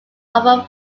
over